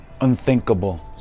Unthinkable